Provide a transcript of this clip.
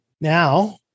now